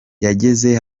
yageze